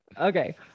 okay